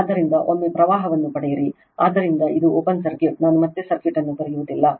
ಆದ್ದರಿಂದ ಒಮ್ಮೆ ಪ್ರವಾಹವನ್ನು ಪಡೆಯಿರಿ ಆದ್ದರಿಂದ ಇದು ಓಪನ್ ಸರ್ಕ್ಯೂಟ್ ನಾನು ಮತ್ತೆ ಸರ್ಕ್ಯೂಟ್ ಅನ್ನು ಬರೆಯುವುದಿಲ್ಲ